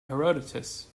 herodotus